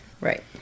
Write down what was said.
Right